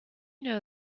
know